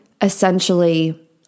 essentially